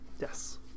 Yes